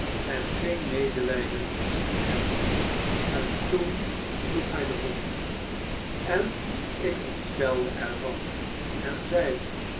en geen medelijden met hem had en toen sloeg hij den hond en ik ontstelde er van en zeide